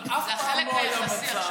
אבל אף פעם לא היה מצב, זה החלק היחסי.